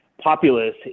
populace